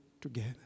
together